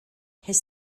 his